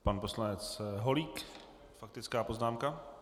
Pan poslanec Holík, faktická poznámka.